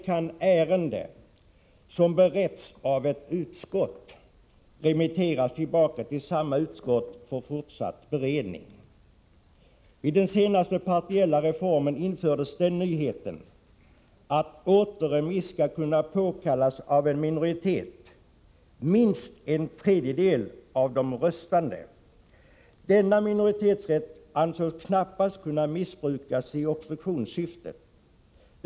kan ärende som beretts av ett utskott remitteras tillbaka till samma utskott för fortsatt beredning. Vid den senaste partiella reformen infördes den nyheten att återremiss skall kunna påkallas av en minoritet, minst en tredjedel av de röstande . Denna minoritetsrätt ansågs knappast kunna missbrukas i obstruktionssyfte.